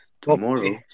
tomorrow